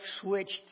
switched